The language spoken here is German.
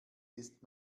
ist